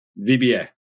VBA